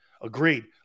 Agreed